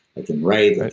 i can write,